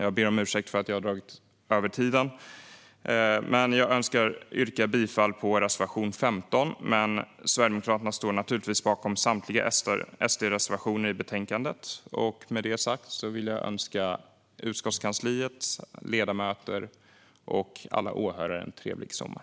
Jag ber om ursäkt för att jag har dragit över min talartid, men jag önskar yrka bifall till reservation 15. Sverigedemokraterna står naturligtvis bakom samtliga SD-reservationer i betänkandet. Jag önskar utskottskansliet, ledamöter och alla åhörare en trevlig sommar.